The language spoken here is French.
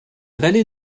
vallée